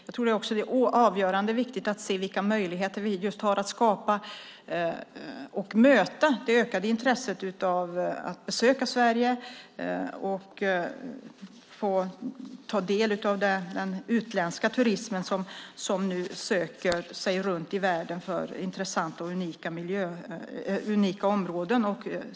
Jag tror också att det är avgörande och viktigt att se vilka möjligheter vi har när det gäller att skapa och att möta det ökande intresset för att besöka Sverige och när det gäller att ta del av den utländska turism som nu söker sig runt i världen för att hitta intressanta och unika områden.